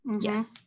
Yes